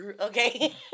Okay